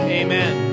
amen